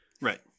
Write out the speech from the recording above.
Right